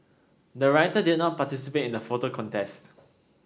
the writer did not participate in the photo contest